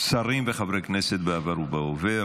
שרים וחברי כנסת בעבר ובהווה,